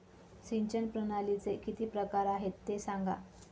सिंचन प्रणालीचे किती प्रकार आहे ते सांगा